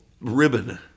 ribbon